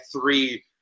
three